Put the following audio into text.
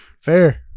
Fair